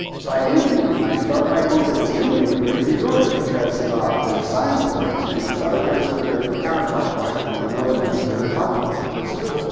so i interviewed him. and i start my book with this interview with crazy george, because there is a science of waves. in the southern hemisphere they're counterclockwise. and in the northern hemisphere, they're clockwise. that's true.